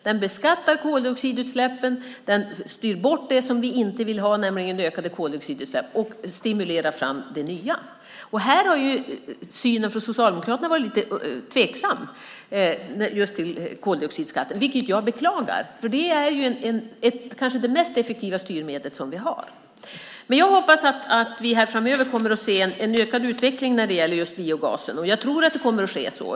Den innebär att koldioxidutsläppen beskattas, att man styr bort från det som vi inte vill ha, nämligen ökade koldioxidutsläpp, och att det nya stimuleras fram. Socialdemokraterna har varit lite tveksamma i sin syn på koldioxidskatten, vilket jag beklagar eftersom det kanske är det mest effektiva styrmedel som vi har. Men jag hoppas att vi framöver kommer att se en ökad utveckling när det gäller just biogasen, och jag tror att det kommer att ske.